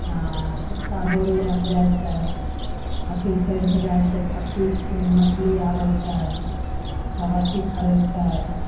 आओर छोटका दोल लए कऽ जाय छै अथी करिके जाय छै तब पीटके मछली आबय छै तब अथी करय छै